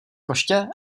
koště